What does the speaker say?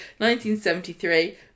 1973